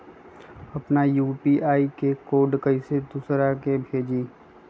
अपना यू.पी.आई के कोड कईसे दूसरा के भेजी?